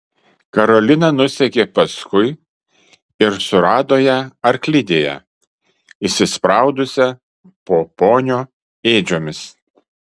karolina nusekė paskui ir surado ją arklidėje įsispraudusią po ponio ėdžiomis